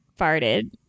farted